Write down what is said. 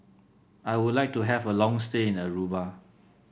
I would like to have a long stay in Aruba